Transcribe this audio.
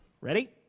Ready